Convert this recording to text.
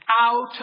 out